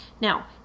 Now